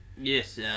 Yes